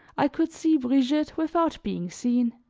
i could see brigitte without being seen.